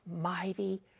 mighty